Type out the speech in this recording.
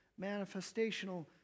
manifestational